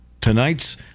tonight's